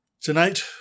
Tonight